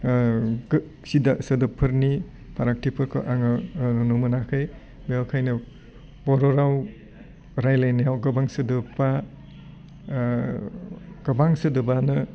गो सिदा सोदोबफोरनि फारागथिफोरखौ आङो नुनो मोनाखै बेवखायनो बर' राव रायलाइनायाव गोबां सोदोबा गोबां सोदोबानो